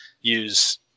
use